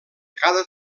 cada